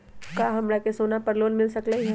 का हमरा के सोना पर लोन मिल सकलई ह?